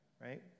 right